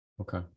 Okay